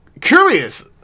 curious